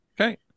okay